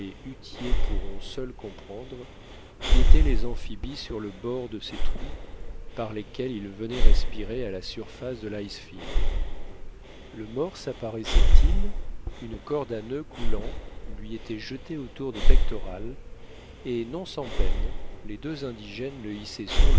huttiers pourront seuls comprendre guetter les amphibies sur le bord de ces trous par lesquels ils venaient respirer à la surface de l'icefield le morse apparaissait il une corde à noeud coulant lui était jetée autour des pectorales et non sans peine les deux indigènes le